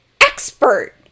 expert